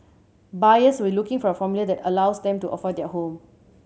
buyers will looking for a formula that allows them to afford their home